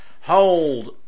hold